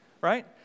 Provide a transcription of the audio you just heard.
right